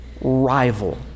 rival